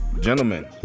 Gentlemen